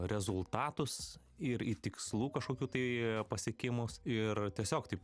rezultatus ir į tikslų kažkokių tai pasiekimus ir tiesiog taip